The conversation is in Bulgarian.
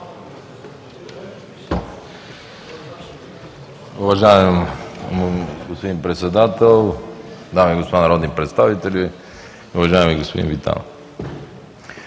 Уважаема госпожо Председател, дами и господа народни представители, уважаеми господин Мирчев!